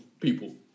people